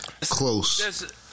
close